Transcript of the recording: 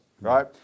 right